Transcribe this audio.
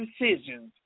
decisions